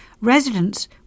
Residents